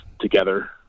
together